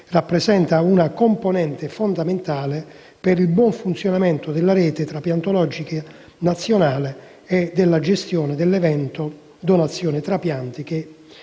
rappresenta una componente fondamentale per il buon funzionamento della rete trapiantologica nazionale e della gestione dell'evento «donazione trapianti»,